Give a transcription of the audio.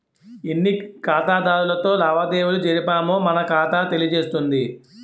ఎన్ని ఖాతాదారులతో లావాదేవీలు జరిపామో మన ఖాతా తెలియజేస్తుంది